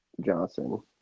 Johnson